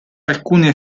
alcune